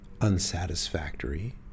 unsatisfactory